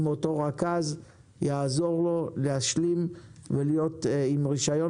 אם אותו רכז יעזור לו להשלים ולהיות עם רישיון,